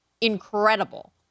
incredible